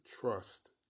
trust